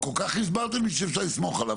כולם הסכימו כי הוא עשה להם את תיבות הדואר,